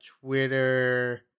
twitter